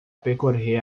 percorrer